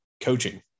coaching